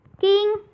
king